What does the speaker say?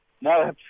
No